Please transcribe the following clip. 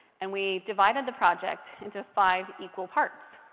and we divided the project into five equal parts.